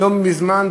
ולא מזמן,